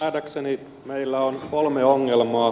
nähdäkseni meillä on kolme ongelmaa